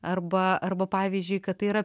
arba arba pavyzdžiui kad tai yra